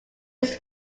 his